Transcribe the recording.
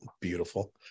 Beautiful